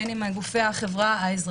בין אם על ידי גופי החברה האזרחית.